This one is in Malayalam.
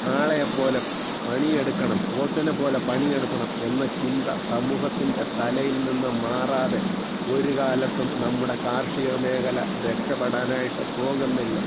കാളയെ പോലെ പണിയെടുക്കണം പോത്തിനെ പോലെ പണിയെടുക്കണം എന്ന ചിന്ത സമൂഹത്തിൻ്റെ തലയിൽ നിന്ന് മാറാതെ ഒരു കാലത്തും നമ്മുടെ കാർഷിക മേഖല രക്ഷപെടാനായിട്ട് പോകുന്നില്ല